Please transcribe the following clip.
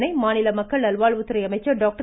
இதனை மாநில மக்கள் நல்வாழ்வுத்துறை அமைச்சர் டாக்டர்